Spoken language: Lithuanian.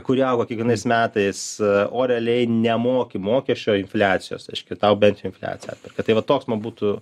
kuri auga kiekvienais metais o realiai nemoki mokesčio infliacijos reiškia tau bent jau infliacija kad tai va toks man būtų